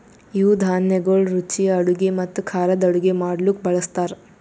ಇವು ಧಾನ್ಯಗೊಳ್ ರುಚಿಯ ಅಡುಗೆ ಮತ್ತ ಖಾರದ್ ಅಡುಗೆ ಮಾಡ್ಲುಕ್ ಬಳ್ಸತಾರ್